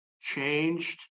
changed